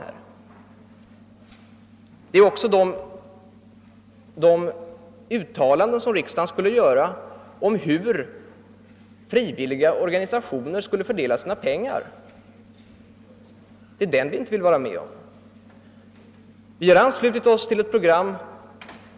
Jag tänker också på de uttalanden som riksdagen föreslås göra om hur frivilliga organisationer skulle fördela sina pengar. Det finns ingen anledning för riksdagen att göra dessa uttalanden.